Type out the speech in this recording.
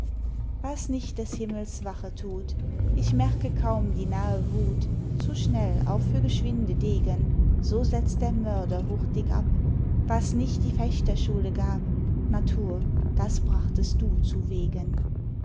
was nicht des himmels wache thut ich merke kaum die nahe wut zu schnell auch für geschwinde degen so setzt der mörder hurtig ab was nicht die fechterschule gab natur das brachtest du zuwegen